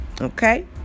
Okay